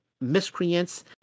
miscreants